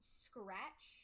scratch